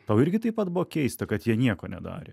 tau irgi taip pat buvo keista kad jie nieko nedarė